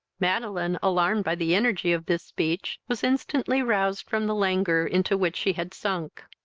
madeline, alarmed by the energy of this speech, was instantly roused from the languor into which she had sunk.